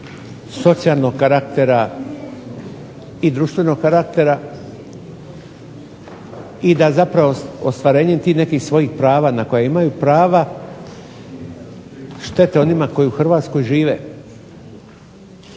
socijalnog karaktera i društvenog karaktera? I da je zapravo ostvarenjem tih nekih svojih prava na koja imaju prava šteta onima koji u Hrvatskoj žive.